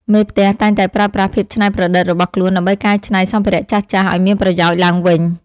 មេផ្ទះតែងតែប្រើប្រាស់ភាពច្នៃប្រឌិតរបស់ខ្លួនដើម្បីកែច្នៃសម្ភារៈចាស់ៗឱ្យមានប្រយោជន៍ឡើងវិញ។